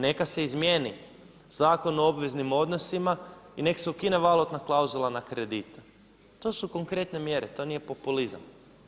Neka se izmjeni Zakon o obveznim odnosima i neka se ukine valutna klauzula na kredite, to su konkretne mjere to nije populizam.